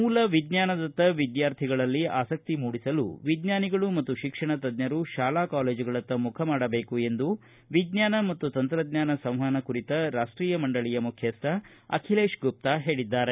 ಮೂಲ ವಿಜ್ಞಾನದತ್ತ ವಿದ್ಯಾರ್ಥಿಗಳಲ್ಲಿ ಆಸಕ್ತಿ ಮೂಡಿಸಲು ವಿಜ್ಞಾನಿಗಳು ಮತ್ತು ಶಿಕ್ಷಣ ತಜ್ಜರು ಶಾಲಾ ಕಾಲೇಜುಗಳತ್ತ ಮುಖಮಾಡಬೇಕು ಎಂದು ವಿಜ್ಞಾನ ಮತ್ತು ತಂತ್ರಜ್ಞಾನ ಸಂವಹನ ಕುರಿತ ರಾಷ್ಟೀಯ ಮಂಡಳಿಯ ಮುಖ್ಯಸ್ಥ ಅಖಿಲೇಶ್ ಗುಪ್ತಾ ಹೇಳಿದ್ದಾರೆ